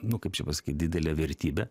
nu kaip čia pasakyt didelė vertybė